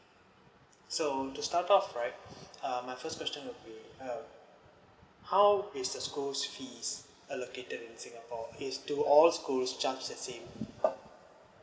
so to start of right err my first question would be uh how is the school fees allocated in singapore is do all school charge the same